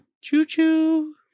Choo-choo